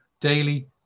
daily